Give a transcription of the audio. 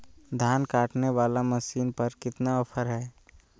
धान काटने वाला मसीन पर कितना ऑफर हाय?